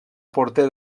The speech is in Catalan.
porter